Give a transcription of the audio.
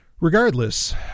regardless